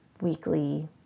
weekly